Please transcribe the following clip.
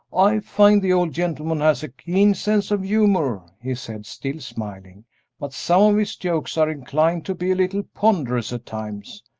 i find the old gentleman has a keen sense of humor, he said, still smiling but some of his jokes are inclined to be a little ponderous at times.